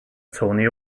tony